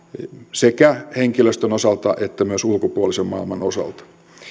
sekä henkilöstön osalta että myös ulkopuolisen maailman osalta